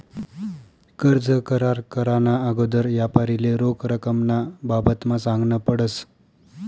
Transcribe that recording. कर्ज करार कराना आगोदर यापारीले रोख रकमना बाबतमा सांगनं पडस